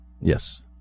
Yes